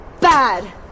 bad